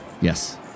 Yes